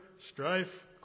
strife